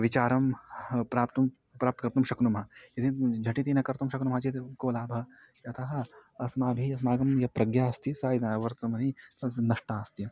विचारं प्राप्तुं प्राप्तिः कर्तुं शक्नुमः यदि झटिति न कर्तुं शक्नुमः चेद् को लाभः यतः अस्माभिः अस्माकं ये प्रज्ञा अस्ति स इद वर्तमयी तद् ज़् नष्टा अस्ति